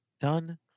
Done